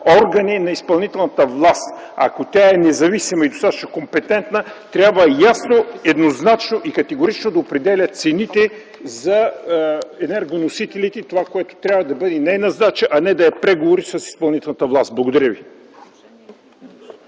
органи на изпълнителната власт? Ако тя е независима и достатъчно компетентна, трябва ясно, еднозначно и категорично да определя цените за енергоносителите, което трябва да бъде нейна задача, а не да е в преговори с изпълнителната власт. Благодаря.